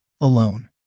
Alone